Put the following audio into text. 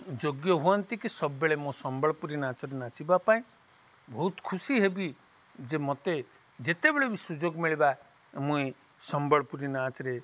ଯୋଗ୍ୟ ହୁଅନ୍ତି କି ସବୁବେଳେ ମୋ ସମ୍ବଲପୁରୀ ନାଚରେ ନାଚିବା ପାଇଁ ବହୁତ ଖୁସି ହେବି ଯେ ମତେ ଯେତେବେଳେ ବି ସୁଯୋଗ ମିଳିବା ମୁଇଁ ସମ୍ବଲପୁରୀ ନାଚରେ